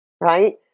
right